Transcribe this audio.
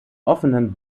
offenen